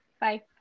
Bye